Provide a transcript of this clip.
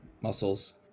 Muscles